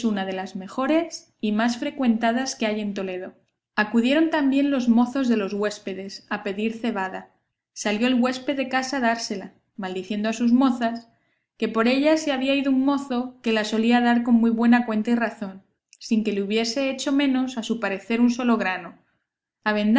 una de las mejores y más frecuentadas que hay en toledo acudieron también los mozos de los huéspedes a pedir cebada salió el huésped de casa a dársela maldiciendo a sus mozas que por ellas se le había ido un mozo que la solía dar con muy buena cuenta y razón sin que le hubiese hecho menos a su parecer un solo grano